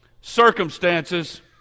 circumstances